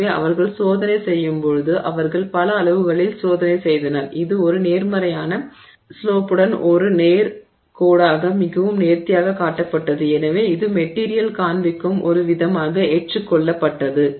எனவே அவர்கள் சோதனை செய்தபோது அவர்கள் பல அளவுகளில் சோதனை செய்தனர் இது ஒரு நேர்மறையான ஸ்லோப்புடன் ஒரு நேர் கோடாக மிகவும் நேர்த்தியாகக் காட்டப்பட்டது எனவே இது மெட்டிரியல் காண்பிக்கும் ஒரு விதியாக ஏற்றுக்கொள்ளப்பட்டது